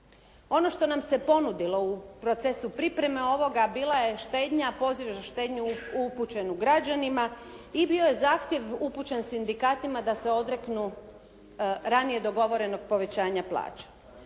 Ono što nam se ponudilo u procesu pripreme ovoga bila je štednja, poziv za štednju upućen građanima i bio je zahtjev upućen sindikatima da se odreknu ranije dogovorenog povećanja plaća.